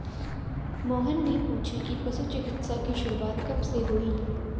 मोहन ने पूछा कि पशु चिकित्सा की शुरूआत कब से हुई?